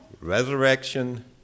resurrection